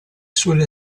sulle